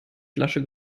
flasche